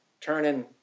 turning